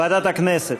ועדת הכנסת.